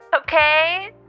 okay